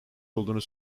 olduğunu